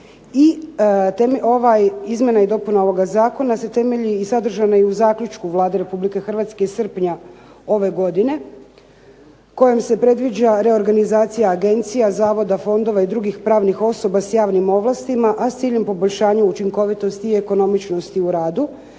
I ovaj izmjena i dopuna ovoga zakona se temelji i sadržana je i u zaključku Vlade Republike Hrvatske iz srpnja ove godine, kojom se predviđa reorganizacija agencija, zavoda, fondova i drugih pravnih osoba s javnim ovlastima, a s ciljem poboljšanja učinkovitosti i ekonomičnosti u radu,